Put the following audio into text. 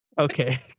okay